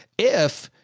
if,